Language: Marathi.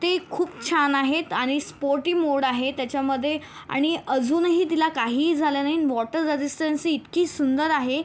ते खूप छान आहेत आणि स्पोर्टी मोड आहे त्याच्यामध्ये आणि अजूनही तिला काहीही झालं नाही न् वॉटर रझिस्टंसी इतकी सुंदर आहे